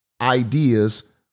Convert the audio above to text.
ideas